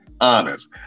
honest